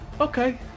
Okay